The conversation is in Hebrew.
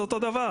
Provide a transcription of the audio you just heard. זה אותו דבר.